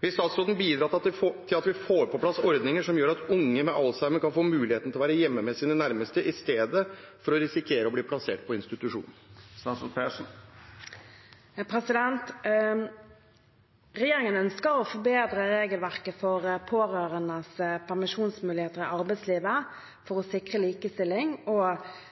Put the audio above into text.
Vil statsråden bidra til at vi får på plass ordninger som gjør at unge med alzheimer kan få mulighet til å være hjemme med sine nærmeste i stedet for å risikere å bli plassert på en institusjon?» Regjeringen ønsker å forbedre regelverket for pårørendes permisjonsmuligheter i arbeidslivet for å sikre likestilling og